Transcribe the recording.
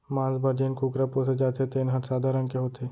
मांस बर जेन कुकरा पोसे जाथे तेन हर सादा रंग के होथे